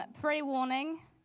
Pre-warning